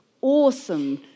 awesome